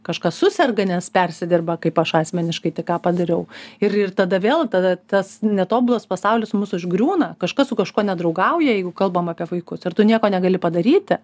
kažkas suserga nes persidirba kaip aš asmeniškai tik ką padariau ir ir tada vėl tada tas netobulas pasaulis mus užgriūna kažkas su kažkuo nedraugauja jeigu kalbam apie vaikus ir tu nieko negali padaryti